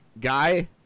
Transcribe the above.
guy